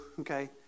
Okay